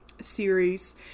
series